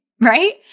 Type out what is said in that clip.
right